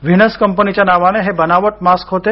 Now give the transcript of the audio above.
Venus कंपनीच्या नावाने हे बनावट मास्क होते